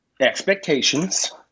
expectations